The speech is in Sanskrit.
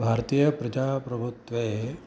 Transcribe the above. भारतीय प्रजाप्रभुत्वे